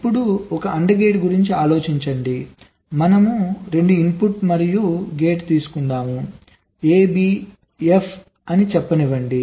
ఇప్పుడు ఒక AND gate గురించి ఆలోచించండి మనం 2 ఇన్పుట్ మరియు గేట్ తీసుకుందాం AB F అని చెప్పనివ్వండి